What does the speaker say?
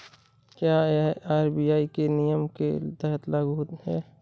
क्या यह आर.बी.आई के नियम के तहत लागू है?